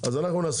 אז אנחנו נקיים